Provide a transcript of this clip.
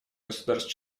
государств